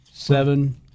Seven